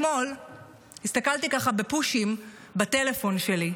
אתמול הסתכלתי בפושים בטלפון שלי,